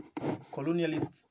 colonialists